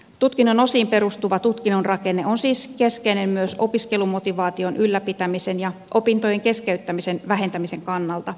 tutkinnon osiin perustuva tutkinnon rakenne on siis keskeinen myös opiskelumotivaation ylläpitämisen ja opintojen keskeyttämisen vähentämisen kannalta